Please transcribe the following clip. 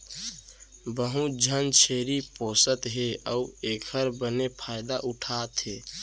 बहुत झन छेरी पोसत हें अउ एकर बने फायदा उठा थें